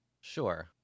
Sure